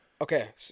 Okay